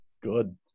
Good